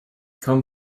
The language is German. kaum